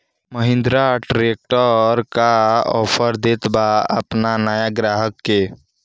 Mahindra tractor का offer देत बा अपना नया ग्राहक के?